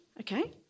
Okay